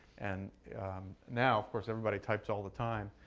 and now of course, everybody types all the time.